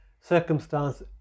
circumstance